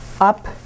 up